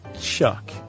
Chuck